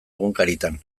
egunkaritan